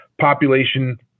population